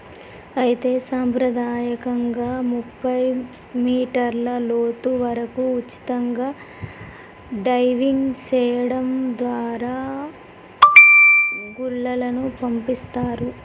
అయితే సంప్రదాయకంగా ముప్పై మీటర్ల లోతు వరకు ఉచితంగా డైవింగ్ సెయడం దారా గుల్లలను పండిస్తారు